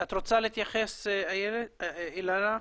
את רוצה להתייחס אילנה?